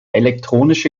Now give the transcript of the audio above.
elektronische